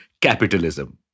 capitalism